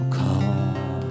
call